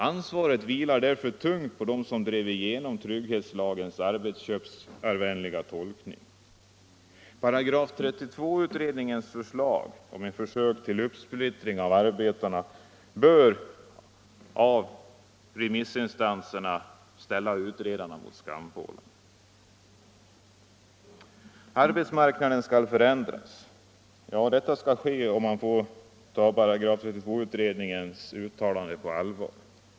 Ansvaret vilar tungt på dem som drev igenom ”trygghetslagens” arbetsköparvänliga tolkning. § 32-utredningens förslag med försök till uppsplittring av arbetarna bör i det kommande remissarbetet ställa utredarna vid skampålen. Arbetsmarknaden skall förändras. Ja, detta skall ske om man får ta § 32-utredningens uttalande på allvar.